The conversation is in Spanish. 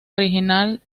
original